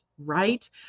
right